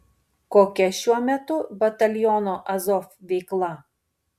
kokia šiuo metu bataliono azov veikla